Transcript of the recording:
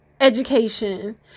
education